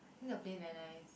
then the place very nice